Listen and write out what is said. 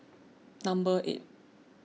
number eight